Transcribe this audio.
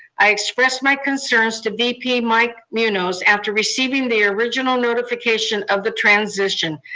i expressed my concerns to vp mike munoz, after receiving the original notification of the transition.